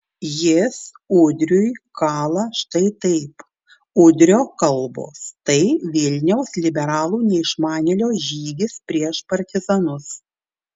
jis udriui kala štai taip udrio kalbos tai vilniaus liberalų neišmanėlio žygis prieš partizanus